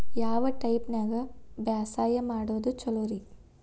ಯಾವ ಟೈಪ್ ನ್ಯಾಗ ಬ್ಯಾಸಾಯಾ ಮಾಡೊದ್ ಛಲೋರಿ?